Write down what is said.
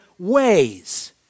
ways